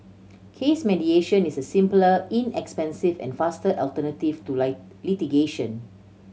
case mediation is a simpler inexpensive and faster alternative to litigation